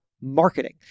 marketing